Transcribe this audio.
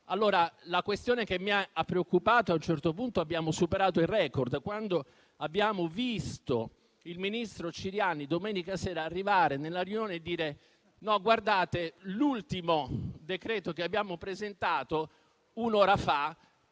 La questione che mi ha preoccupato è che a un certo punto abbiamo superato il *record*, quando abbiamo visto il ministro Ciriani domenica sera, arrivare alla riunione e dire: a proposito dell'ultimo decreto che abbiamo presentato un'ora fa,